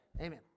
Amen